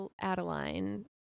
Adeline